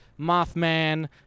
mothman